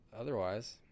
otherwise